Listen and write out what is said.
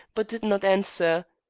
but did not answer.